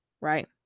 right